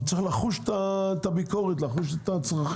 הוא צריך לחוש את הביקורת, לחוש את הצרכים.